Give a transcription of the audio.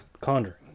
Conjuring